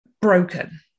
Broken